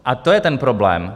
A to je ten problém.